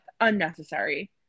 unnecessary